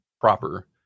proper